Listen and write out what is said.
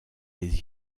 les